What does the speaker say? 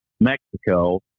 Mexico